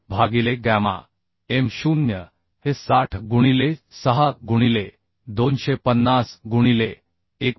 भागिले gamma m0 हे 60 गुणिले 6 गुणिले 250 गुणिले 1